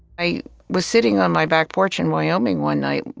i was sitting on my back porch in wyoming one night,